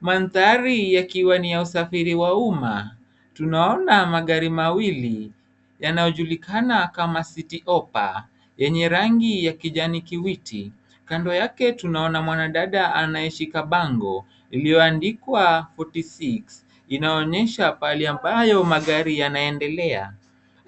Mandhari yakiwa ni ya usafiri wa umma. Tunaona magari mawili yanayojulikana kama cityhopper yenye rangi ya kijani kibichi. Kando yake tunaona mwanadada anaishi kabango iliyoandikwa forty six. Inaonyesha pahali ambayo magari yanaendelea.